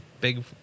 big